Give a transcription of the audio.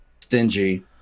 stingy